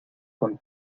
con